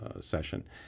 session